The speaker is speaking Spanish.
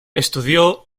estudió